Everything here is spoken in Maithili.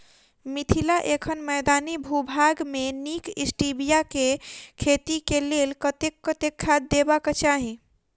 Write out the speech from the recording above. मिथिला एखन मैदानी भूभाग मे नीक स्टीबिया केँ खेती केँ लेल कतेक कतेक खाद देबाक चाहि?